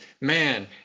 man